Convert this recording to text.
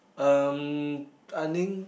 um I think